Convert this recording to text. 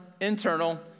internal